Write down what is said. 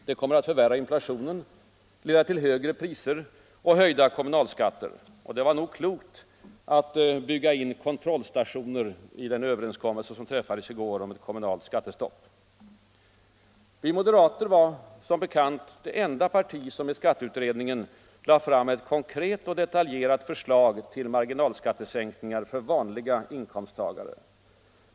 Det kommer att förvärra inflationen, leda till högre priser och höjda kommunalskatter. Och det var förståeligt att man byggde in kontrollstationer i den överenskommelse som träffades i går om ett kommunalt skattestopp. Vi moderater var som bekant det enda parti som i skatteutredningen lade fram ett konkret och detaljerat förslag till marginalskattesänkningar för vanliga inkomsttagare.